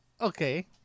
okay